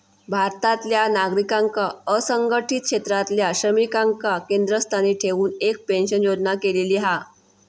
भारतातल्या नागरिकांका असंघटीत क्षेत्रातल्या श्रमिकांका केंद्रस्थानी ठेऊन एक पेंशन योजना केलेली हा